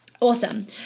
Awesome